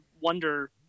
wonder